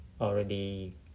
already